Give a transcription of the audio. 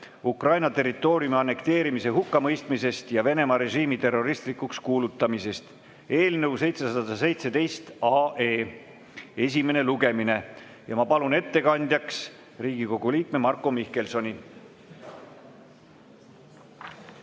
"Ukraina territooriumi annekteerimise hukkamõistmisest ja Venemaa režiimi terroristlikuks kuulutamisest" eelnõu 717 esimene lugemine. Ma palun ettekandjaks Riigikogu liikme Marko Mihkelsoni.